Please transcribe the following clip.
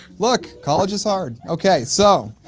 look college is hard okay. so,